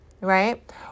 right